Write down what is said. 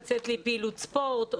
כמו יציאה לפעילות ספורט.